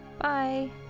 Bye